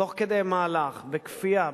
תוך כדי מהלך בכפייה,